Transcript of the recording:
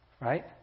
Right